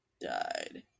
died